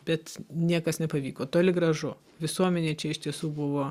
bet niekas nepavyko toli gražu visuomenė čia iš tiesų buvo